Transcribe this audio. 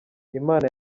imana